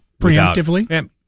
Preemptively